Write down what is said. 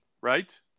right